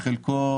בחלקו,